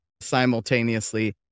simultaneously